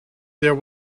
there